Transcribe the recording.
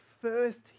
first